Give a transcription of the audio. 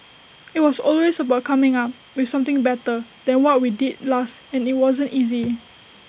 IT was always about coming up with something better than what we did last and IT wasn't easy